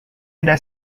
ada